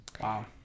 Wow